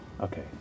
Okay